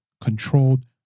controlled